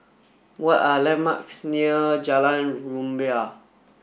what are the landmarks near Jalan Rumbia